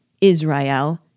Israel